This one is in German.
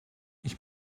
ich